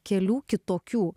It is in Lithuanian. kelių kitokių